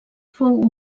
fou